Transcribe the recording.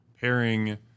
pairing